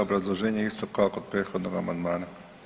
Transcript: Obrazloženje isto kao kod prethodnog amandmana.